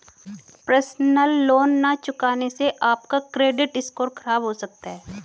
personal loan न चुकाने से आप का क्रेडिट स्कोर खराब हो सकता है